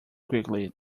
quickly